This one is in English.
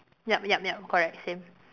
yup yup yup correct same